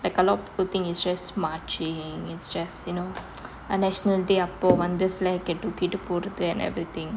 like a lot of people think it's just marching it's just you know uh national day அப்போ வந்து:appo vanthu flag தூக்கிட்டு போறது:thookittu porathu and everything